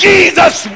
Jesus